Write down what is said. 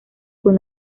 con